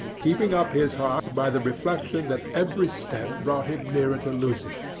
keeping up his heart by the reflection that every step brought him nearer to lucy,